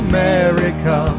America